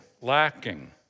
lacking